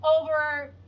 over